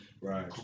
Right